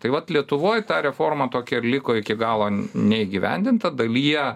tai vat lietuvoj ta reforma tokia ir liko iki galo neįgyvendinta dalyje